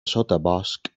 sotabosc